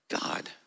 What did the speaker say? God